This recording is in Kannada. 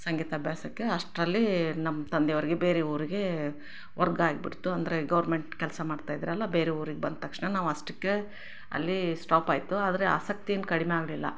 ಸಂಗೀತ ಅಭ್ಯಾಸಕ್ಕೆ ಅಷ್ಟರಲ್ಲಿ ನಮ್ಮ ತಂದೆ ಅವ್ರಿಗೆ ಬೇರೆ ಊರಿಗೆ ವರ್ಗ ಆಗಿಬಿಡ್ತು ಅಂದರೆ ಗೋರ್ಮೆಂಟ್ ಕೆಲಸ ಮಾಡ್ತಾ ಇದ್ದರಲ್ಲ ಬೇರೆ ಊರಿಗೆ ಬಂದ ತಕ್ಷಣ ನಾವು ಅಷ್ಟಕ್ಕೇ ಅಲ್ಲಿ ಸ್ಟಾಪಾಯಿತು ಆದರೆ ಆಸಕ್ತಿ ಏನೂ ಕಡಿಮೆ ಆಗಲಿಲ್ಲ